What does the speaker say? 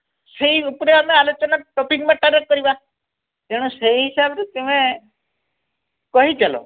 ସେହି ଉପରେ ଆମେ ଆଲୋଚନା ଟପିକ୍ ମ୍ୟାଟର୍ରେ କରିବା ତେଣୁ ସେହି ହିସାବରେ ତୁମେ କହିଚାଲ